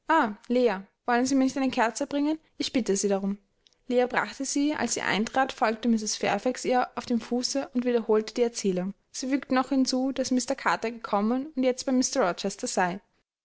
wollen sie mir nicht eine kerze bringen ich bitte sie darum leah brachte sie als sie eintrat folgte mrs fairfax ihr auf dem fuße und wiederholte die erzählung sie fügte noch hinzu daß mr carter gekommen und jetzt bei mr rochester sei